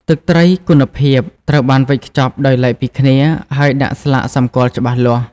ទឹកត្រីគុណភាព ត្រូវបានវេចខ្ចប់ដោយឡែកពីគ្នា ហើយដាក់ស្លាកសម្គាល់ច្បាស់លាស់។